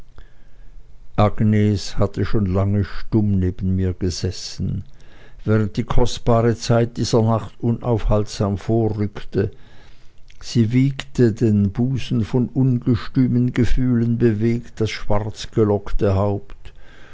hatte schon lange stumm neben mir gesessen während die kostbare zeit dieser nacht unaufhaltsam vorrückte sie wiegte den busen von ungestümen gefühlen bewegt das schwarzgelockte haupt